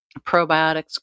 probiotics